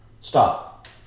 Stop